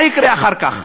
מה יקרה אחר כך?